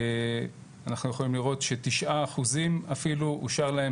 אנחנו יכולים לראות ש-9% אפילו אושר להם